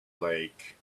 lake